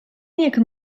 yakın